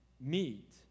meet